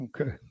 Okay